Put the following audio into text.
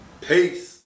Peace